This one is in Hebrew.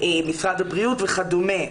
משרד הבריאות וכדומה.